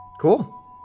Cool